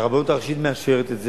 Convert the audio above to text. והרבנות הראשית מאשרת את זה.